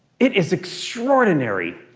it is extraordinary.